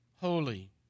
Holy